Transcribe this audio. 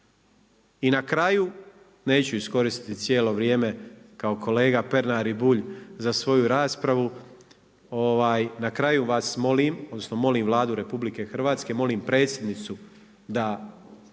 I na kraju, neću iskoristiti cijelo vrijeme, kao kolega Pernar i Bulj za svoju raspravu, na kraju vas molim, odnosno, molim Vladu RH, molim predsjednicu, da